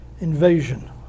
invasion